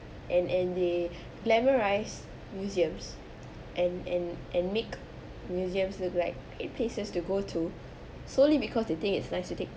and and they glamorise museums and and and make museums look like it places to go to solely because they think it's nice to take